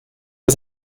was